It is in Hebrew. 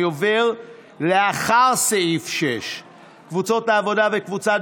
אני עובר לאחרי סעיף 6. קבוצת העבודה וקבוצת